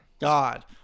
god